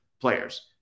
players